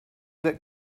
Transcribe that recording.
that